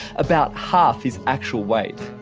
about half his actual weight.